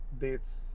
dates